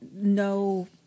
no